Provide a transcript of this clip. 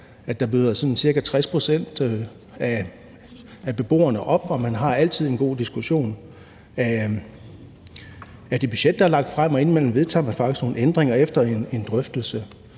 møder sådan ca. 60 pct. af beboerne op, og man har altid en diskussion af det budget, der er lagt frem, og indimellem vedtager man faktisk nogle ændringer efter en drøftelse.